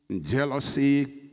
jealousy